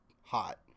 hot